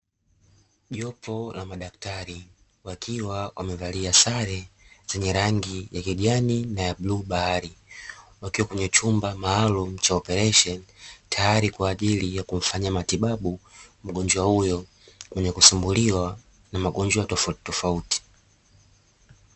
Jopo la madaktari wakiwa wamevalia sare zenye rangi ya kijani na ya bluu bahari, wakiwa kwenye chumba maalumu cha operesheni tayali kwa ajili ya kumfanyia matibabu mgonjwa huyo mwenye kusumbuliwa na magonjwa tofautitofauti.